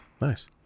Nice